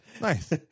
Nice